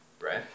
right